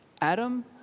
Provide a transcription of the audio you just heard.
Adam